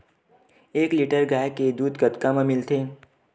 एक लीटर गाय के दुध कतका म मिलथे?